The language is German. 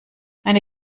eine